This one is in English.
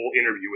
interview